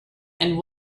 and